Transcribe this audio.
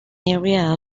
area